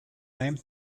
name